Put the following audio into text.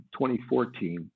2014